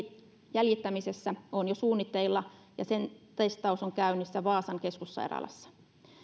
jäljittämisessä on jo suunnitteilla ja sen testaus on käynnissä vaasan keskussairaalassa